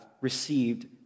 received